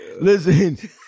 Listen